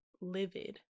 livid